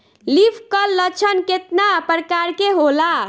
Leaf curl लक्षण केतना परकार के होला?